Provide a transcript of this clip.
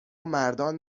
مردان